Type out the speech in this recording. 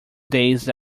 days